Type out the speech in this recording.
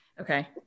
Okay